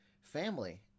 family